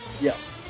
Yes